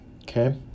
Okay